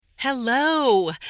Hello